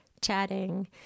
chatting